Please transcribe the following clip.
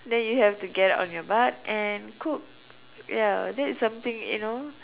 then you have to get on your butt and cook ya that's something you know